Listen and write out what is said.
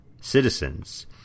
citizens